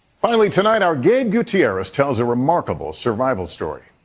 finally tonight, our gabe gutierrez tells a remarkable survival story.